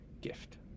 gift